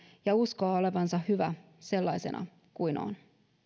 ja uskoa olevansa hyvä sellaisena kuin on